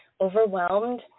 overwhelmed